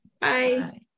Bye